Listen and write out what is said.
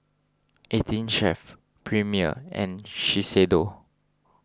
eighteen Chef Premier and Shiseido